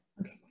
Okay